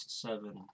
seven